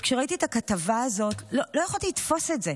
וכשראיתי את הכתבה הזאת, לא יכולתי לתפוס את זה.